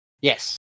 Yes